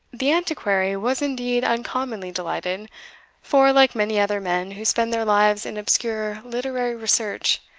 the antiquary was indeed uncommonly delighted for, like many other men who spend their lives in obscure literary research,